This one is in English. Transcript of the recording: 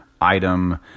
item